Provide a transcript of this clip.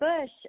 Bush